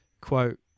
quote